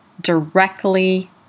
directly